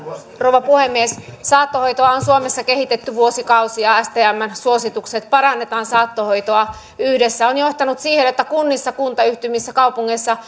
rouva puhemies saattohoitoa on suomessa kehitetty vuosikausia stmn suositus parannetaan saattohoitoa yhdessä on johtanut siihen että kunnissa kuntayhtymissä kaupungeissa